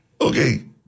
Okay